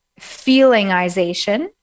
feelingization